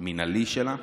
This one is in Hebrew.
המינהלי שלה.